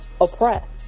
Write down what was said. oppressed